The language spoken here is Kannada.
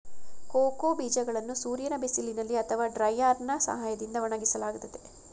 ಕೋಕೋ ಬೀಜಗಳನ್ನು ಸೂರ್ಯನ ಬಿಸಿಲಿನಲ್ಲಿ ಅಥವಾ ಡ್ರೈಯರ್ನಾ ಸಹಾಯದಿಂದ ಒಣಗಿಸಲಾಗುತ್ತದೆ